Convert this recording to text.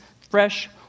fresh